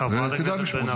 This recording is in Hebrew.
חברת הכנסת בן ארי.